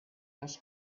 los